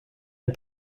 and